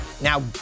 now